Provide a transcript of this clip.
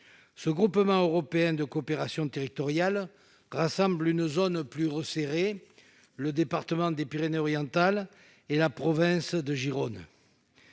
Ce groupement européen de coopération territoriale rassemble une zone plus resserrée : le département des Pyrénées-Orientales et la province de Gérone.